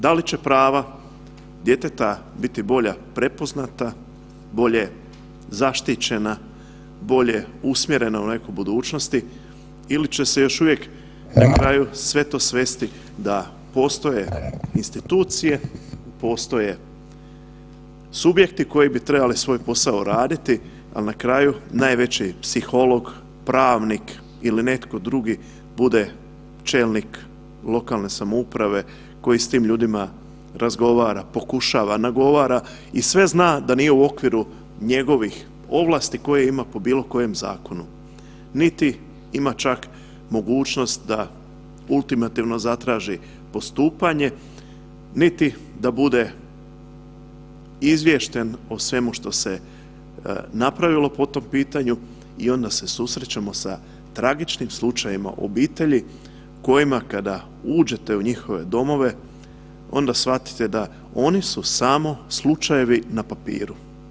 Da li će prava djeteta biti bolja prepoznata, bolje zaštićena, bolje usmjerena u neku budućnost ili će se joj uvijek na kraju sve to svesti da postoje institucije, postoje subjekti koji bi trebali svoj posao raditi, ali na kraju najveći psiholog, pravnik ili netko drugi bude čelnik lokalne samouprave koji s tim ljudima razgovara, pokušava, nagovara i sve zna da nije u okviru njegovih ovlasti koje ima po bilo kojem zakonu niti ima čak mogućnost da ultimativno zatraži postupanje niti da bude izvješten o svemu što se napravilo po tom pitanju i onda se susrećemo sa tragičnim slučajevima obitelji kojima, kada uđete u njihove domove, onda shvatite da oni su samo slučajevi na papiru.